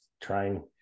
trying